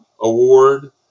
award